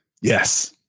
Yes